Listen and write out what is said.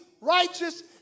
righteous